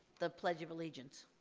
the pledge of allegiance.